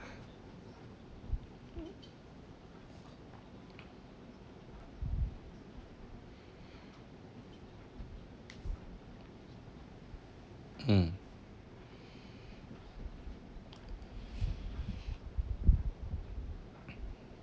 mm